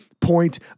point